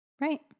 Right